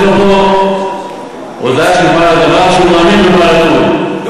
יש לנו פה הודעה של בעל הדבר שהוא מאמין ב"בעל הטורים".